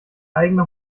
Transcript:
eigene